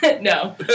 No